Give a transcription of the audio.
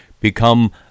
become